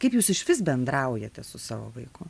kaip jūs išvis bendraujate su savo vaiku